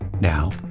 Now